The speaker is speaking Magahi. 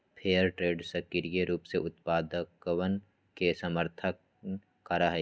फेयर ट्रेड सक्रिय रूप से उत्पादकवन के समर्थन करा हई